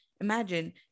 imagine